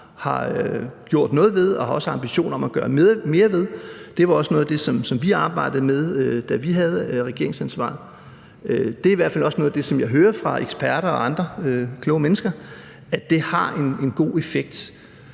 har gjort noget ved og også har ambitioner om at gøre mere ved, var også noget af det, som vi arbejdede med, da vi havde regeringsansvaret, og det er i hvert fald også noget af det, som jeg hører fra eksperter og andre kloge mennesker har en god effekt.